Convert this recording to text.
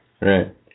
Right